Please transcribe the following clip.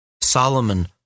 Solomon